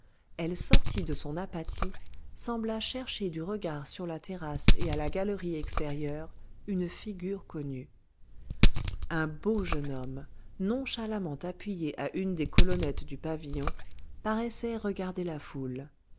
elle sortit de son apathie sembla chercher du regard sur la terrasse et à la galerie extérieure une figure connue un beau jeune homme nonchalamment appuyé à une des colonnettes du pavillon paraissait regarder la foule